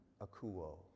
akuo